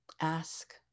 ask